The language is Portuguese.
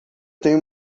tenho